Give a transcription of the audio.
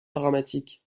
dramatique